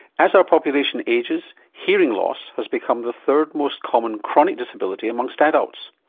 as our population ages, hearing loss has become the third most common chronic disability amongst adults.